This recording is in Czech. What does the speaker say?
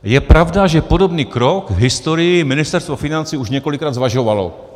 Je pravda, že podobný krok v historii Ministerstvo financí už několikrát zvažovalo.